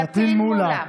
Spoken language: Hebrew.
פטין מולא.